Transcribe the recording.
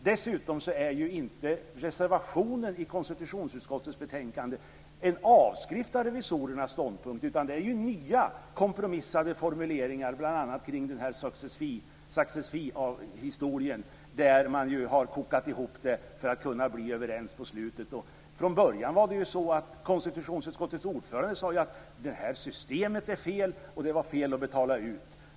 För det andra är inte reservationen i konstitutionsutskottets betänkande en avskrift av revisorernas ståndpunkt, utan där är det nya kompromissade formuleringar, bl.a. kring success feehistorien, där man har kokat ihop det hela för att kunna bli överens på slutet. Från början sade konstitutionsutskottets ordförande att systemet är fel och att det var fel att betala ut.